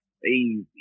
crazy